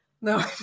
no